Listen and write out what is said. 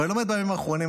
ואני לומד בימים האחרונים,